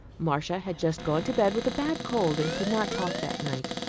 marcia had just gone to bed with a bad cold, and could not talk that night.